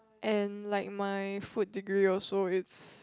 and like my food degree also it's